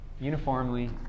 uniformly